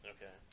Okay